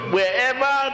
Wherever